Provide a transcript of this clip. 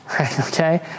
Okay